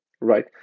right